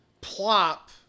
Plop